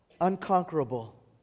unconquerable